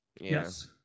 Yes